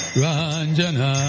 Ranjana